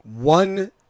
one